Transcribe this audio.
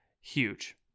Huge